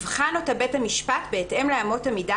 יבחן אותה בית המשפט בהתאם לאמות המידה